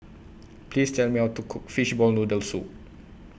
Please Tell Me How to Cook Fishball Noodle Soup